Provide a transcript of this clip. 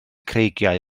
creigiau